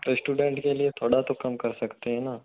तो स्टूडेंट के लिए थोड़ा तो कम कर सकते हैं ना